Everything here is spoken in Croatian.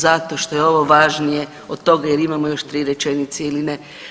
Zato što je ovo važnije od toga jel imamo još 3 rečenice ili ne.